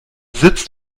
sitzt